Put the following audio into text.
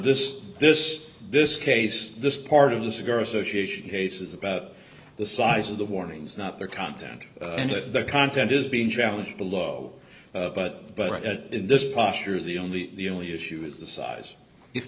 this this this case this part of the cigar association case is about the size of the warnings not the content and the content is being challenged below but in this posture the only the only issue is the size if